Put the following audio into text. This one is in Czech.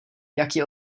jaký